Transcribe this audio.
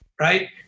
right